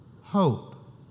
hope